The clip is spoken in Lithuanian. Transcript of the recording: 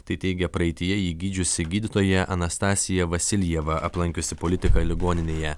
tai teigia praeityje jį gydžiusi gydytoja anastazija vasiljevą aplankiusi politiką ligoninėje